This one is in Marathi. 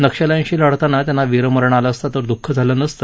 नक्षल्यांशी लढताना त्यांना वीरमरण आले असते तर दूख झाले नसते